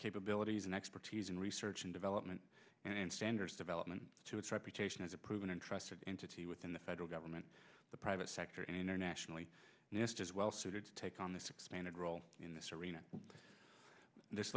capabilities and expertise in research and development and standards development to its reputation as a proven and trusted entity within the federal government the private sector and internationally as well suited to take on this expanded in this arena this